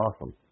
awesome